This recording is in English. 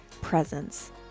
presence